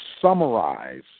summarize